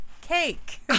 cake